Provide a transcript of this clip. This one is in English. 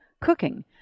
cooking